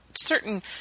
certain